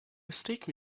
mistake